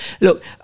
Look